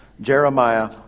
Jeremiah